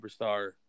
superstar